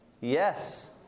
Yes